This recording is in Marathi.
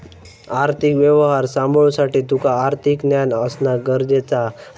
आर्थिक व्यवहार सांभाळुसाठी तुका आर्थिक ज्ञान असणा गरजेचा हा